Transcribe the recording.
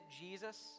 Jesus